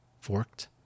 forked